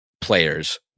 players